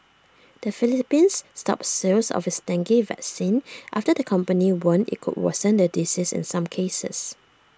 the Philippines stopped sales of its dengue vaccine after the company warned IT could worsen the disease in some cases